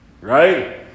right